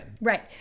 Right